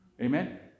Amen